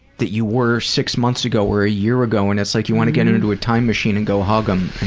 that you were six months ago, or a year ago, and it's like you want to get into a time machine and go hug them.